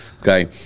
Okay